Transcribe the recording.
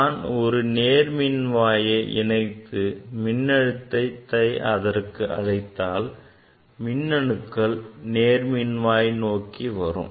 நான் ஒரு நேர்மின் வாயை இணைத்து மின்னழுத்தத்தை அதற்கு அளித்தால் மின்னணுக்கள் நேர்மின்வாய் நோக்கி வரும்